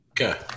Okay